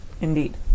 Indeed